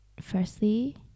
firstly